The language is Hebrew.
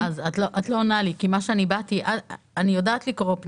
אני יודעת לקרוא.